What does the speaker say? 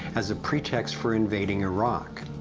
as a pretext for invading iraq.